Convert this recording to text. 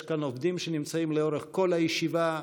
יש כאן עובדים שנמצאים לאורך כל הישיבה,